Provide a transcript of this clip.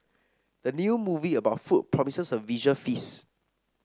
the new movie about food promises a visual feast